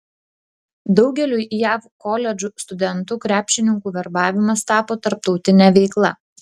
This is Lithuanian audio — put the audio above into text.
daugeliui jav koledžų studentų krepšininkų verbavimas tapo tarptautine veikla